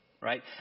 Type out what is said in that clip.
right